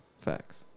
Facts